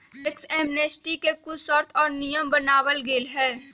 tax amnesty के कुछ शर्तें और नियम बनावल गयले है